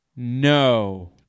No